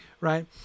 right